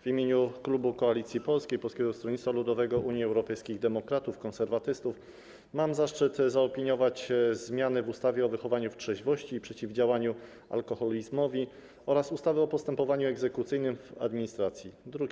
W imieniu Klubu Koalicji Polskiej - Polskiego Stronnictwa Ludowego, Unii Europejskich Demokratów, Konserwatystów mam zaszczyt zaopiniować zmiany w ustawie o zmianie ustawy o wychowaniu w trzeźwości i przeciwdziałaniu alkoholizmowi oraz ustawy o postępowaniu egzekucyjnym w administracji,